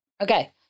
Okay